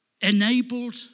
enabled